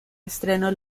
estreno